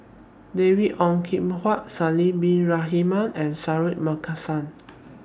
David Ong Kim Huat Haslir Bin Ibrahim and Suratman Markasan